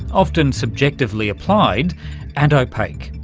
often subjectively applied and opaque.